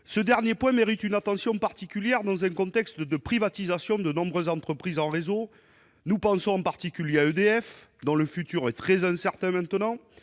Ce dernier point mérite une attention particulière dans un contexte de privatisation de nombreuses entreprises en réseau. Nous pensons en particulier à EDF, dont le futur est très incertain